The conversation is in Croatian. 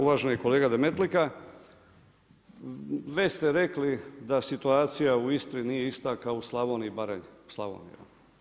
Uvaženi kolega Demetlika, već ste rekli da situacija u Istri nije ista kao u Slavoniji i Baranji, u Slavoniji.